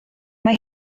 mae